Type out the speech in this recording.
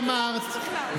בדקה את הדברים שאמרת,